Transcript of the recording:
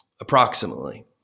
approximately